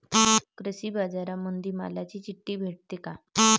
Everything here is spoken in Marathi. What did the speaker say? कृषीबाजारामंदी मालाची चिट्ठी भेटते काय?